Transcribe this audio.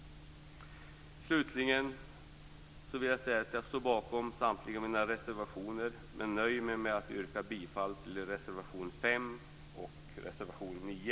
Slutligen står jag bakom samtliga mina reservationer men nöjer mig med att yrka bifall till reservationerna 5 och 9.